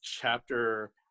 chapter